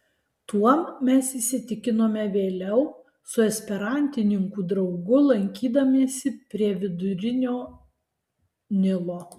tuom mes įsitikinome vėliau su esperantininkų draugu lankydamiesi prie vidurinio nilo